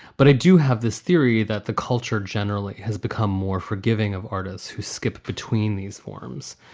but i do have this theory that the culture generally has become more forgiving of artists who skipped between these forms.